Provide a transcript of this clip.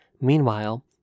Meanwhile